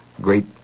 great